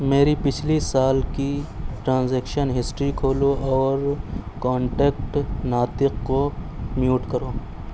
میری پچھلی سال کی ٹرانزیکشن ہسٹری کھولو اور کانٹیکٹ ناطق کو میوٹ کرو